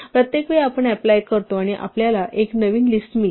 प्रत्येक वेळी आपण अप्लाय करतो आणि आपल्याला एक नवीन लिस्ट मिळते